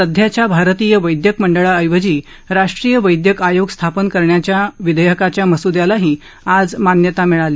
सध्याच्या भारतीय वैदयक मंडळाऐवजी राष्ट्रीय वैदयक आयोग स्थापन करण्या या विधेयकाच्या मस्द्यालाही आज मान्यता मिळली